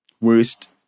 worst